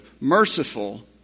merciful